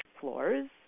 floors